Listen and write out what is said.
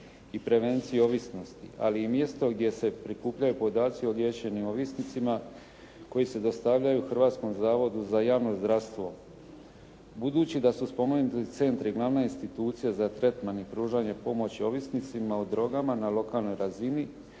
i prevenciju ovisnosti, ali i mjesto gdje se prikupljaju podaci o liječenju ovisnicima koji se dostavljaju Hrvatskom zavodu za javno zdravstvo. Budući da su spomenuti centri glavne institucije za tretman i pružanje pomoći ovisnicima o drogama na lokalnoj razini,